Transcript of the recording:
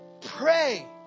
pray